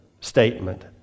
statement